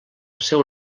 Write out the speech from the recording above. seu